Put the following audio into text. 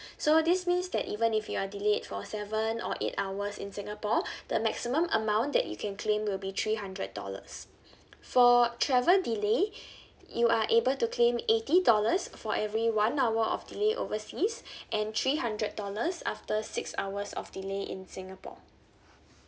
so this means that even if you are delayed for seven or eight hours in singapore the maximum amount that you can claim will be three hundred dollars for travel delay you are able to claim eighty dollars for every one hour of delay overseas and three hundred dollars after six hours of delay in singapore